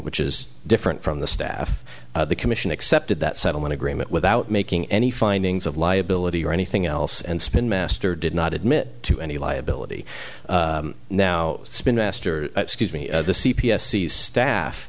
which is different from the staff the commission accepted that settlement agreement without making any findings of liability or anything else and spinmaster did not admit to any liability now spinmaster excuse me the c p s the staff